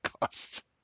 cost